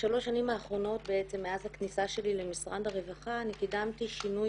בשלוש שנים האחרונות מאז הכניסה שלי למשרד הרווחה אני קידמתי שינוי